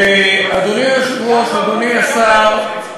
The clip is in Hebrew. אדוני היושב-ראש, אדוני השר,